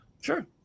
Sure